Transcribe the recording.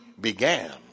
began